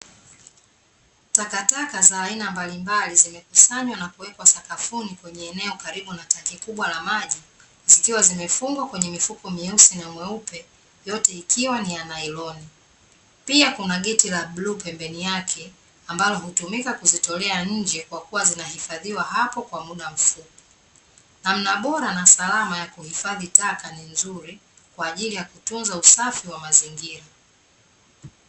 Takataka za aina mbalimbali zimekusanywa na kuwekwa sakafuni kwenye eneo karibu na tenki kubwa la maji, zikiwa zimefungwa kwenye mifuko myeusi na myeupe, yote ikiwa ni ya nailoni. Pia kuna geti la bluu pembeni yake, ambalo hutumika kuzitolea nje kwa kuwa zinahifadhiwa hapo kwa muda mfupi. Namna bora na salama ya kuhifadhi taka ni nzuri kwa ajili ya kutunza usafi wa mazingira.